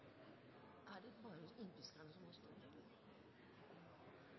er det bare Arbeiderpartiet som